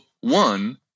one